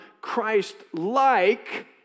Christ-like